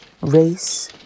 Race